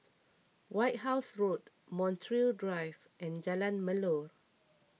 White House Road Montreal Drive and Jalan Melor